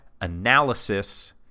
analysis